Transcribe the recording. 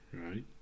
Right